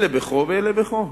אלה בכה ואלה בכה,